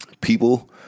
people